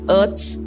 earth's